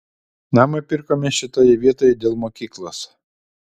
namą pirkome šitoje vietoj dėl mokyklos